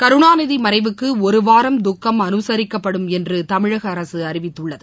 கருணாநிதிமறைவுக்குஒருவாரம் துக்கம் அனுசரிக்கப்படும் என்றுதமிழகஅரகஅறிவித்துள்ளது